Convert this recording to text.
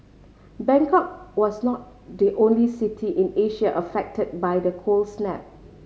Bangkok was not the only city in Asia affected by the cold snap